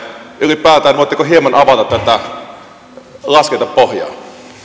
ylipäätään hieman avata tätä laskentapohjaa